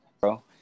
Bro